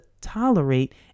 tolerate